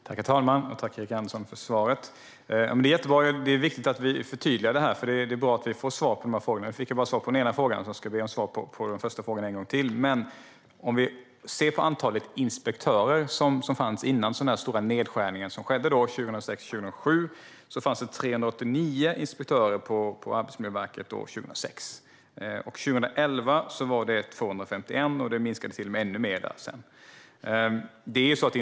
Herr talman! Det är viktigt att vi förtydligar detta, och det är bra att vi får svar på frågorna. Nu fick jag bara svar på den ena frågan, så jag ska be om svar på den första frågan en gång till. När det gäller antalet inspektörer före den stora nedskärning som skedde 2006-2007 fanns det 389 inspektörer på Arbetsmiljöverket år 2006. År 2011 var de 251, och det minskade till och med ännu mer sedan.